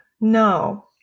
No